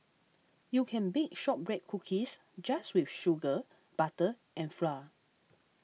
you can bake Shortbread Cookies just with sugar butter and flour